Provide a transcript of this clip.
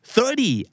Thirty